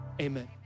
amen